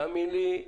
תאמין לי.